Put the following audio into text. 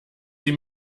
sie